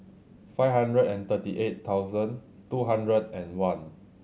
five hundred and thirty eight thousand two hundred and one